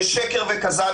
זה שקר וכזב.